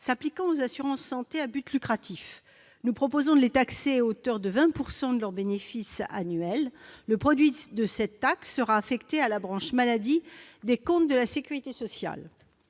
s'appliquant aux assurances santé à but lucratif. Nous proposons de taxer celles-ci à hauteur de 20 % de leurs bénéfices annuels. Le produit de cette taxe sera affecté à la branche maladie des comptes de la sécurité sociale.